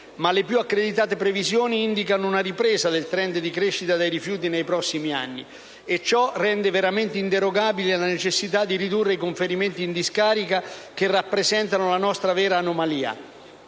Ma le più accreditate previsioni indicano una ripresa del *trend* di crescita dei rifiuti nei prossimi anni, e ciò rende veramente inderogabile la necessità di ridurre i conferimenti in discarica che rappresentano la vera anomalia